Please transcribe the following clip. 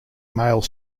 male